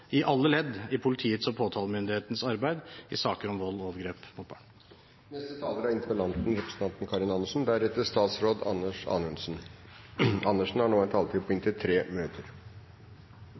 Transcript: i alle ledd i politiets og påtalemyndighetens arbeid i saker om vold og overgrep mot barn. Jeg takker for svaret, og jeg forstår, på